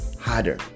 harder